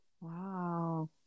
Wow